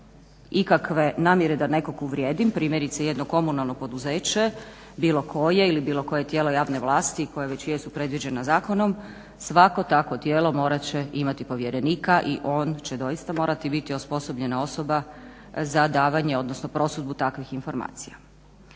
ikakve namjere da nekog uvrijedim, primjerice jedno komunalno poduzeće ili bilo koje tijelo javne vlasti koja već jesu predložena zakonom, svako tako tijelo morat će imati povjerenika i on će doista morati biti osposobljena osoba za davanje odnosno prosudbu takvih informacija.